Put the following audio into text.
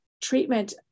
treatment